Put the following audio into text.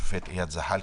השופט איאד זחלקה,